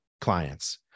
clients